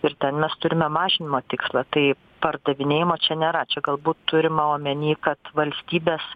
ir ten mes turime mažinimo tikslą tai pardavinėjimo čia nėra čia galbūt turima omeny kad valstybės